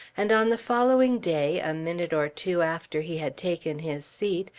and on the following day, a minute or two after he had taken his seat,